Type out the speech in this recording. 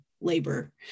labor